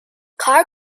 car